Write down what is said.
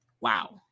Wow